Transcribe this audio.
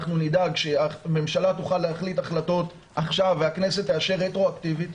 אנחנו נדאג שהממשלה תוכל להחליט החלטות עכשיו והכנסת תאשר רטרואקטיבית.